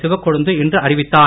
சிவக்கொழுந்து இன்று அறிவித்தார்